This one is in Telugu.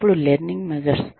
అప్పుడు లెర్నింగ్ మెజర్స్